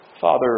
Father